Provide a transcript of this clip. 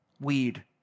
weed